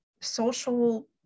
social